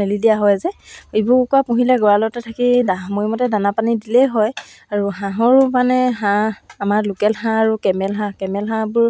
বন্ধ পাইছিলোঁ তেতিয়া মাক ক'লোঁ যে মা মইতো এতিয়া মেট্ৰিক দিলোঁ মেট্ৰিক দিয়াৰ পিছত মোক শিকাই দিয়া বুলি